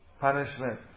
punishment